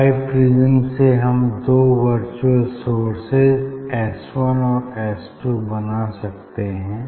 biprism से हम दो वर्चुअल सोर्सेज एस वन और एस टू बना सकते है